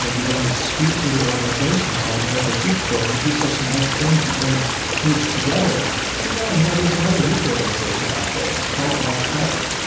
know, you run this sweet, little organization called the interfaith youth core, and you do such nice things. you bring kids together i say, yeah, you know, there's another youth organization out there. it's called al-qaeda.